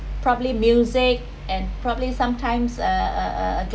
probably music and probably sometimes err